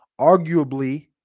arguably